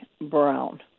brown